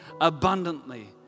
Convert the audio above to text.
abundantly